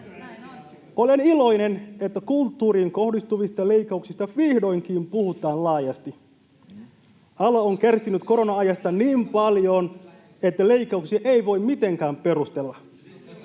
Olen iloinen, että kulttuuriin kohdistuvista leikkauksista vihdoinkin puhutaan laajasti. Ala on kärsinyt korona-ajasta niin paljon, että leikkauksia ei voi mitenkään perustella.